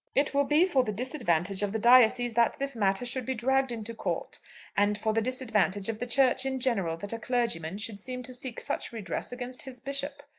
it will be for the disadvantage of the diocese that this matter should be dragged into court and for the disadvantage of the church in general that a clergyman should seem to seek such redress against his bishop.